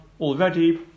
already